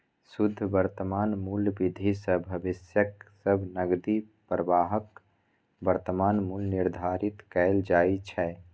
शुद्ध वर्तमान मूल्य विधि सं भविष्यक सब नकदी प्रवाहक वर्तमान मूल्य निर्धारित कैल जाइ छै